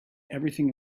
everything